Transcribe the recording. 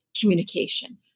communication